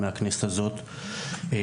אז עוד מעט אני אשאל אותו באמת אם הדברים נכונים.